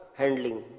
handling